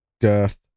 girth